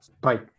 Bye